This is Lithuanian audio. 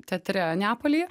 teatre neapolyje